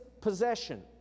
possession